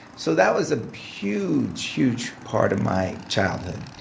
so that was a huge, huge part of my childhood.